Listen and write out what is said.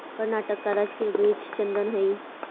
कर्नाटक का राजकीय वृक्ष चंदन हई